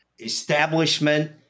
establishment